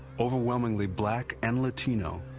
overwhelmingly black and latino,